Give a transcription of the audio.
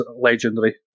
legendary